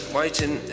waiting